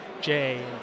Jay